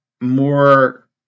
more